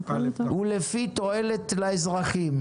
ולפי התועלת לאזרחים.